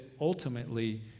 ultimately